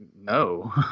no